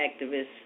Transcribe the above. Activists